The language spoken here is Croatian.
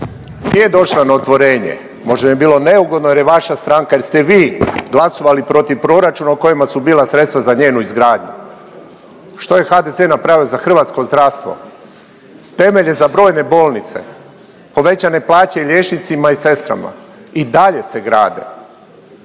Nije došla na otvorenje, možda joj je bilo neugodno jer je vaša stranka, jer ste vi glasovali protiv proračuna u kojima su bila sredstva za njenu izgradnju. Što je HDZ napravio za hrvatsko zdravstvo? Temelje za brojne bolnice, povećane plaće liječnicima i sestrama i dalje se grade.